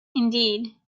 indeed